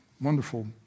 wonderful